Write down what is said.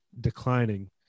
declining